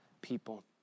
people